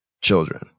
children